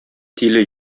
тиле